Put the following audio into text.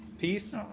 Peace